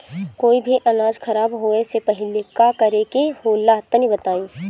कोई भी अनाज खराब होए से पहले का करेके होला तनी बताई?